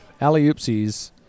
Alley-Oopsies